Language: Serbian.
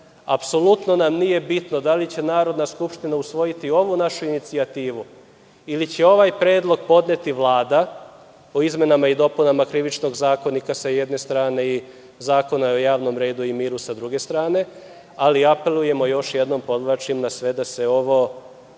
apsolutno nam nije bitno da li će Narodna skupština usvojiti ovu našu inicijativu ili će ovaj predlog podneti Vlada, o izmenama i dopunama Krivičnog zakonika sa jedne strane i Zakona o javnom redu i miru sa druge strane, ali apelujemo još jednom, podvlačim na sve da se ovo